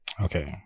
Okay